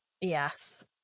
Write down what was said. yes